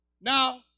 Now